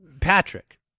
patrick